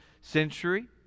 century